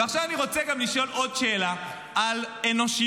--- ועכשיו אני רוצה גם לשאול עוד שאלה על אנושיות.